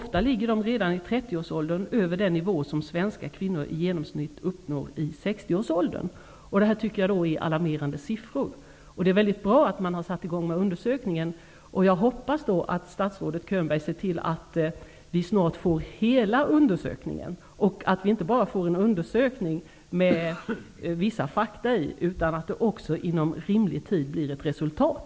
De ligger ofta redan i 30 årsåldern över den nivå som svenska kvinnor i genomsnitt uppnår i 60-årsåldern. Dessa siffror tycker jag är alarmerande. Det är väldigt bra att man har satt i gång den här undersökningen. Jag hoppas då att statsrådets Könberg ser till att vi snart får hela undersökningen, så att vi inte bara får en undersökning med vissa fakta i, utan att det också inom rimlig tid blir ett resultat.